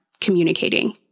communicating